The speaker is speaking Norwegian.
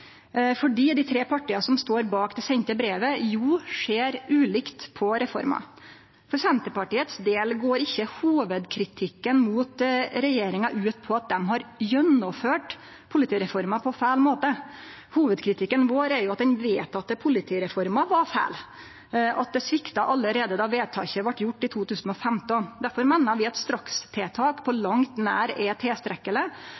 brevet, ser ulikt på reforma. For Senterpartiets del går ikkje hovudkritikken av regjeringa ut på at dei har gjennomført politireforma på feil måte. Hovudkritikken vår er at den vedtekne politireforma var feil, at det svikta allereie då vedtaket vart gjort i 2015. Derfor meiner vi at strakstiltak ikkje på